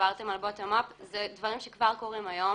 דיברתם על bottom-up, אלה דברים שכבר קורים היום,